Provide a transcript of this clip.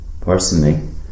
personally